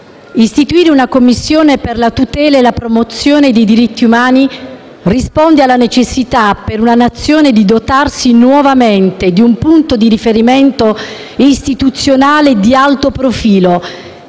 istituire una Commissione per la tutela e la promozione dei diritti umani risponde alla necessità per una nazione di dotarsi nuovamente di un punto di riferimento istituzionale di alto profilo,